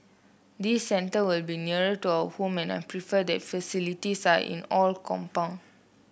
this centre will be nearer to our home and I prefer that the facilities are in all compound